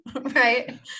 Right